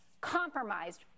compromised